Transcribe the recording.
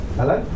Hello